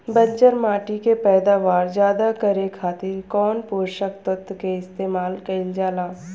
बंजर माटी के पैदावार ज्यादा करे खातिर कौन पोषक तत्व के इस्तेमाल कईल जाला?